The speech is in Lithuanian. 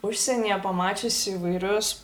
užsienyje pamačiusi įvairius